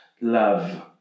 love